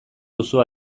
duzu